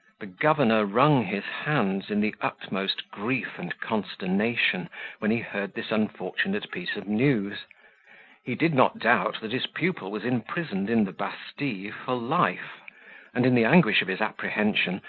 the governor wrung his hands in the utmost grief and consternation when he heard this unfortunate piece of news he did not doubt that his pupil was imprisoned in the bastille for life and, in the anguish of his apprehension,